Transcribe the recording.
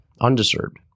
undisturbed